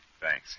Thanks